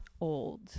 old